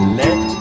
let